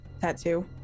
tattoo